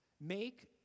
Make